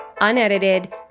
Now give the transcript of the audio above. unedited